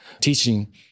teaching